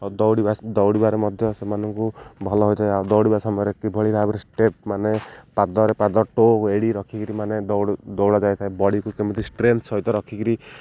ଆଉ ଦୌଡ଼ିବା ଦୌଡ଼ିବାରେ ମଧ୍ୟ ସେମାନଙ୍କୁ ଭଲ ହୋଇଥାଏ ଆଉ ଦୌଡ଼ିବା ସମୟରେ କିଭଳି ଭାବରେ ଷ୍ଟେପ୍ ମାନେ ପାଦରେ ପାଦ ଟୋ ଏଡ଼ି ରଖିକରି ମାନେ ଦୌଡ଼ାଯାଇଥାଏ ବଡ଼ିକୁ କେମିତି ଷ୍ଟ୍ରେନ୍ଥ ସହିତ ରଖିକରି